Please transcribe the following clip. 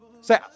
Say